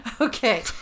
okay